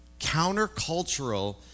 countercultural